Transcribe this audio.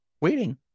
Waiting